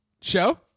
show